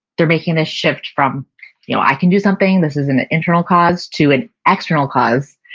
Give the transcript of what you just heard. they're making this shift from you know i can do something. this is an internal cause to an external cause,